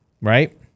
right